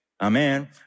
Amen